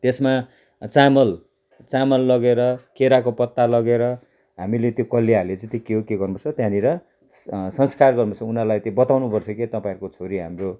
त्यसमा चामल चामल लगेर केराको पत्ता लगेर हामीले त्यो कलियाहरूले चाहिँ त्यो के हो के गर्नु पर्छ त्यहाँनिर संस्कार गर्नुपर्छ उनीहरूलाई त्यो बताउनुपर्छ कि तपाईँहरूको छोरी हाम्रो